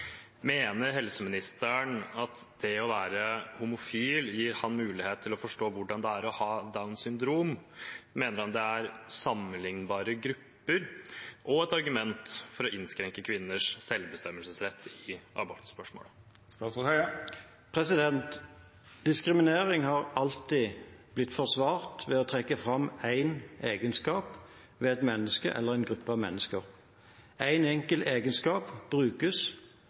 Mener statsråden at det å være homofil gir ham mulighet til å forstå hvordan det er å ha Downs syndrom, og mener han det er sammenlignbare grupper og et argument for å innskrenke kvinners selvbestemmelsesrett i abortspørsmålet?» Diskriminering har alltid blitt forsvart ved å trekke fram én egenskap ved et menneske eller grupper av mennesker. Én enkelt egenskap brukes